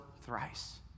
thrice